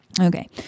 okay